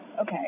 Okay